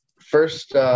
First